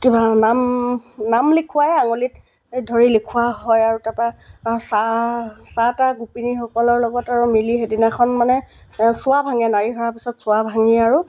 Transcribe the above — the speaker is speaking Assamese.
কি নাম নাম লিখোৱায়ে আঙুলিত ধৰি লিখোৱা হয় আৰু তাৰপা চাহ চাহ তাহ গোপিনীসকলৰ লগত আৰু মিলি সেইদিনাখন মানে চোৱা ভাঙে নাড়ী সৰাৰ পিছত চোৱা ভাঙি আৰু